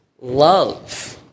love